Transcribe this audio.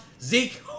Zeke